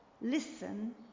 listen